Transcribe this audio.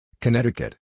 Connecticut